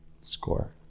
score